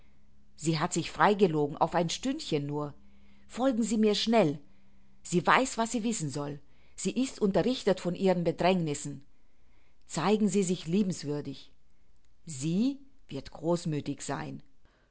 sie hat sich frei gelogen auf ein stündchen nur folgen sie mir schnell sie weiß was sie wissen soll sie ist unterrichtet von ihren bedrängnissen zeigen sie sich liebenswürdig sie wird großmüthig sein